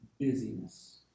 busyness